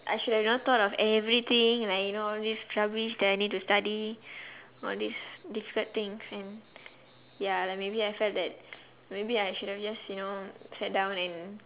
I should have you know thought of everything like you know all this rubbish that I need to study all these difficult things and ya like maybe I felt that maybe I should have just you know sat down and